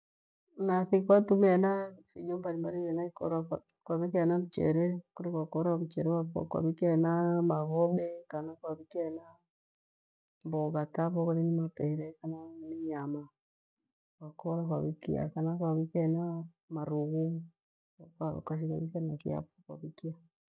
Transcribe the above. Nathi kwatumia hena vijo mbalimbali hena ikora kwai kia hena mchere, kole kwa kira mchere wafo kwa ukia hena maghobe, kana kwavikia hena mbogha tufo kole ni mapere kana nyama kwakora kwavikia kana marughu, ukasigha inkia nathi kwavikia